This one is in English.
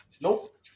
Nope